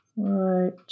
Right